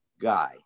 guy